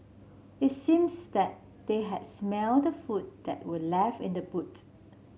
it seems that they had smelt the food that were left in the boot